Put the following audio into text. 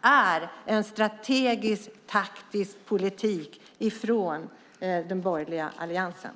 är en strategisk och taktisk politik från den borgerliga alliansen.